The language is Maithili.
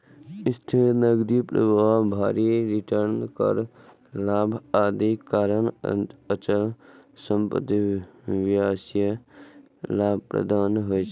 स्थिर नकदी प्रवाह, भारी रिटर्न, कर लाभ, आदिक कारण अचल संपत्ति व्यवसाय लाभप्रद छै